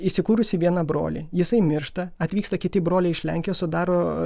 įsikūrusį vieną brolį jisai miršta atvyksta kiti broliai iš lenkijos sudaro